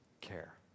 care